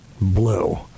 blue